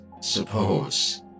suppose